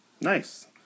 Nice